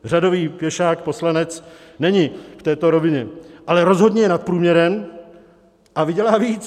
Řadový pěšák poslanec není v této rovině, ale rozhodně je nad průměrem a vydělá víc.